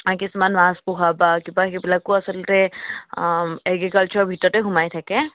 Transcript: কিছুমান মাছ পোহা বা কিবা সেইবিলাকো আচলতে এগ্ৰিকালচাৰৰ ভিতৰতে সোমাই থাকে